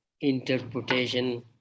interpretation